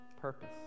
purpose